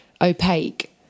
opaque